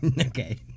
Okay